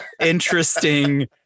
interesting